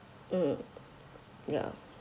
mm ya